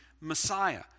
Messiah